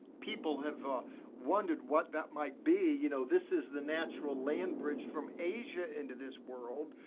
people have wondered what that might be. you know, this is the natural land bridge from asia into this world.